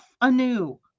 anew